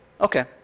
Okay